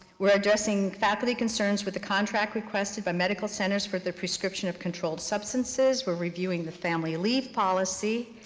we're addressing faculty concerns with the contract requested by medical centers for the prescription of controlled substances. we're reviewing the family leave policy.